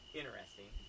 interesting